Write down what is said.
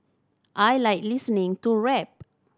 I like listening to rap